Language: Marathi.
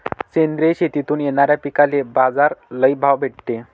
सेंद्रिय शेतीतून येनाऱ्या पिकांले बाजार लई भाव भेटते